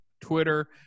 Twitter